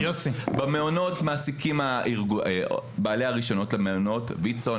במעונו תת מעסיקים בעלי הרישיונות למעונות ויצ"ו,